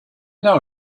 know